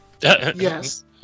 Yes